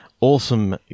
awesome